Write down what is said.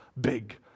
big